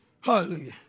Hallelujah